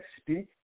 speak